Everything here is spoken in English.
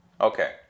Okay